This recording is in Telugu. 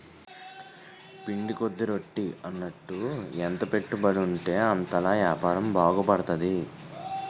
పిండి కొద్ది రొట్టి అన్నట్టు ఎంత పెట్టుబడుంటే అంతలా యాపారం బాగుపడతది